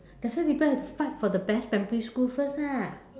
that's why people have to fight for the best primary school first ah